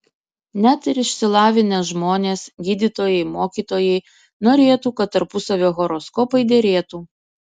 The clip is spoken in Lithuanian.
net ir išsilavinę žmonės gydytojai mokytojai norėtų kad tarpusavio horoskopai derėtų